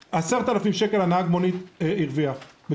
נהג המונית הרוויח 10,000 שקל,